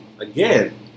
Again